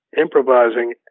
improvising